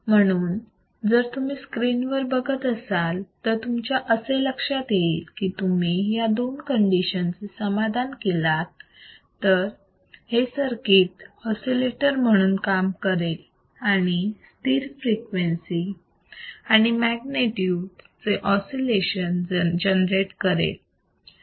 म्हणून जर तुम्ही स्क्रीनवर बघत असाल तर तुमच्या लक्षात येईल की जर तुम्ही या दोन्ही कंडिशन चे समाधान केलात तर हे सर्किट ऑसिलेटर म्हणून काम करेल आणि स्थिर फ्रिक्वेन्सी आणि एम्पलीट्यूड चे ऑसिलेशन्स जनरेट करेल